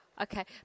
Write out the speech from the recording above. okay